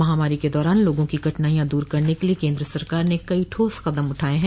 महामारी के दौरान लोगों की कठिनाईयां दूर करने के लिए केन्द्र सरकार ने कई ठोस कदम उठाए हैं